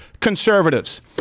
conservatives